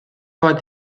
bat